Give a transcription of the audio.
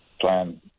plan